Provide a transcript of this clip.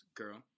girl